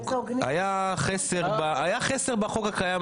היה חסר בחוק הקיים,